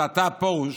שאתה", פרוש,